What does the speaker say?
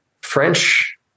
French